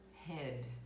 head